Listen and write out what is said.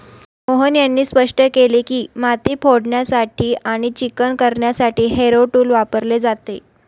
मोहन यांनी स्पष्ट केले की, माती फोडण्यासाठी आणि चिकणी करण्यासाठी हॅरो टूल वापरले जाते